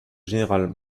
général